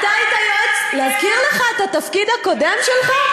אתה היית יועץ, להזכיר לך את התפקיד הקודם שלך?